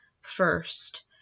first